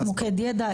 מוקד ידע,